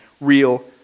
real